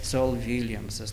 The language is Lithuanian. sol viljamsas